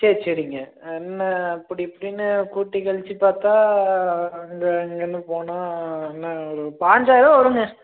சேரி சரிங்க என்ன அப்படி இப்படின்னு கூட்டி கழிச்சு பார்த்தா இங்கே இங்கேருந்து போனால் என்ன ஒரு பாஞ்சாயிர் ரூபா வருங்க